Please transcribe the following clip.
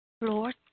Lord